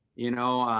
you know.